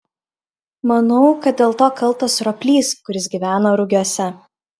manau kad dėl to kaltas roplys kuris gyvena rugiuose